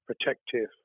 protective